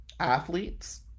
Athletes